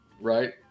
Right